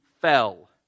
fell